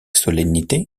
solennité